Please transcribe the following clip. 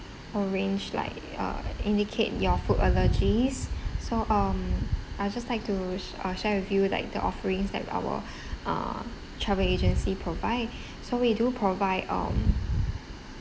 arrange like uh indicate your food allergies so um I would just like to sh~ uh share with you like the offerings that our uh travel agency provide so we do provide um